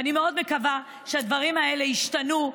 ואני מאוד מקווה שהדברים האלה ישתנו.